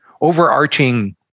overarching